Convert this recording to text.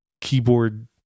keyboard